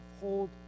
hold